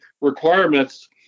requirements